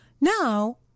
Now